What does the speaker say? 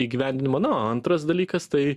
įgyvendinimą na o antras dalykas tai